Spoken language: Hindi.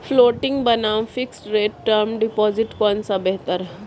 फ्लोटिंग बनाम फिक्स्ड रेट टर्म डिपॉजिट कौन सा बेहतर है?